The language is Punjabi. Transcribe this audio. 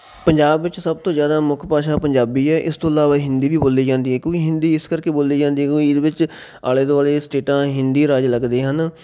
ਪੰਜਾਬ ਵਿੱਚ ਸਭ ਤੋਂ ਜ਼ਿਆਦਾ ਮੁੱਖ ਭਾਸ਼ਾ ਪੰਜਾਬੀ ਏ ਇਸ ਤੋਂ ਇਲਾਵਾ ਹਿੰਦੀ ਵੀ ਬੋਲੀ ਜਾਂਦੀ ਏ ਕਿਉਂਏ ਹਿੰਦੀ ਇਸ ਕਰਕੇ ਬੋਲੀ ਜਾਂਦੀ ਏ ਕਿਉਂਕਿ ਇਹਦੇ ਵਿੱਚ ਆਲੇ ਦੁਆਲੇ ਸਟੇਟਾਂ ਹਿੰਦੀ ਰਾਜ ਲੱਗਦੇ ਹਨ